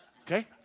Okay